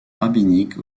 rabbinique